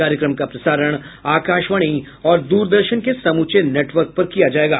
कार्यक्रम का प्रसारण आकाशवाणी और द्रदर्शन के समूचे नेटवर्क पर किया जाएगा